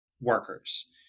workers